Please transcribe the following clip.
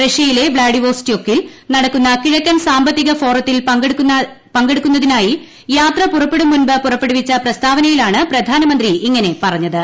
റഷ്യയിലെ വ്ളാഡി വസ്റ്റോക്കിൽ നടക്കുന്ന കിഴക്കൻ സാമ്പത്തിക ഫോറത്തിൽ പങ്കെടുക്കുന്നതിനായി യാത്ര പുറപ്പെടും മുമ്പ് പുറപ്പെടുവിച്ച പ്രസ്താവനയിലാണ് പ്രധാനമന്ത്രി ഇങ്ങനെ പറഞ്ഞത്